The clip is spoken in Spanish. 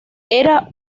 era